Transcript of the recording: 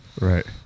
Right